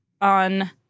on